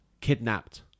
kidnapped